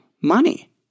money